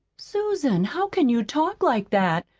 susan, how can you talk like that?